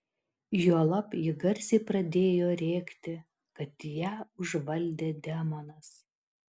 juolab ji garsiai pradėjo rėkti kad ją užvaldė demonas